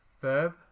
verb